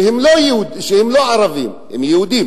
שהם לא ערבים, הם יהודים,